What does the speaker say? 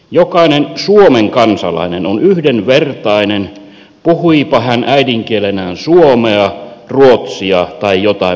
jokainen suomen kansalainen on yhdenvertainen puhuipa hän äidinkielenään suomea ruotsia tai jotain muuta kieltä